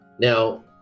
Now